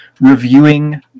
reviewing